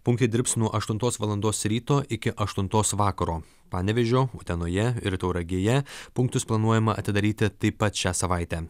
punktai dirbs nuo aštuntos valandos ryto iki aštuntos vakaro panevėžio utenoje ir tauragėje punktus planuojama atidaryti taip pat šią savaitę